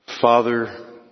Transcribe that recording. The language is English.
Father